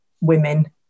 women